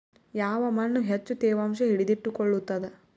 ಯಾವ್ ಮಣ್ ಹೆಚ್ಚು ತೇವಾಂಶ ಹಿಡಿದಿಟ್ಟುಕೊಳ್ಳುತ್ತದ?